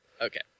Okay